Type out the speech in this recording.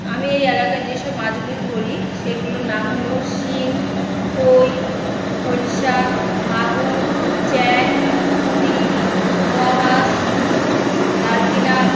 আমি এই এলাকায় যেসব মাছগুলি ধরি সেগুলোর নাম হলো শিঙ্গি কই খলসা মাগুর চ্যাং পুঁটি ময়ামাছ দারকিনা